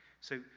so,